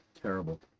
terrible